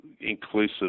inclusive